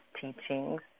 teachings